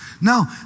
No